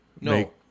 No